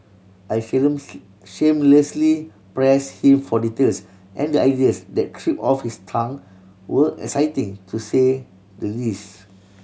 I shamelessly pressed him for details and the ideas that tripped off his tongue were exciting to say the least